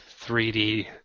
3D